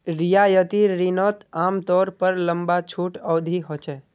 रियायती रिनोत आमतौर पर लंबा छुट अवधी होचे